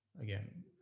again